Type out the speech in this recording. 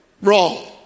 Wrong